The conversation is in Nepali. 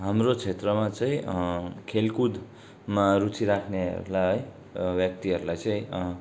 हाम्रो क्षेत्रमा चाहिँ खेलकुदमा रुचि राख्नेहरूलाई है व्यक्तिहरूलाई चाहिँ